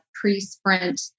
pre-sprint